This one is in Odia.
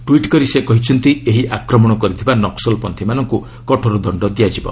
ଟ୍ୱିଟ୍ କରି ସେ କହିଛନ୍ତି ଏହି ଆକ୍ରମଣ କରିଥିବା ନକ୍କଲପନ୍ତ୍ରୀମାନଙ୍କୁ କଠୋର ଦଶ୍ଚ ଦିଆଯିବ